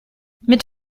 mit